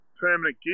permanent